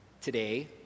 today